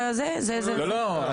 כמו בהודו,